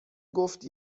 گفت